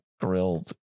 grilled